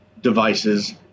devices